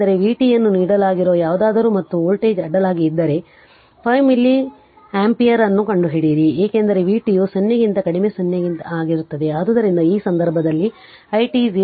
ಏಕೆಂದರೆ vt ಯನ್ನು ನೀಡಲಾಗಿರುವ ಯಾವುದಾದರೂ ಮತ್ತು ವೋಲ್ಟೇಜ್ ಅಡ್ಡಲಾಗಿ ಇದ್ದರೆ 5 ಮಿಲಿ ಆಂಪಿಯರ್ ಅನ್ನು ಕಂಡುಹಿಡಿಯಿರಿ ಏಕೆಂದರೆ vt ಯು 0 ಕ್ಕಿಂತ ಕಡಿಮೆ 0 ಗೆ 0 ಆಗಿರುತ್ತದೆ ಆದ್ದರಿಂದ ಈ ಸಂದರ್ಭದಲ್ಲಿ i t 0 0